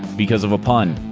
because of a pun.